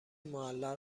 معلق